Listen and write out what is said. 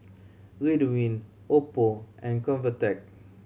Ridwind oppo and Convatec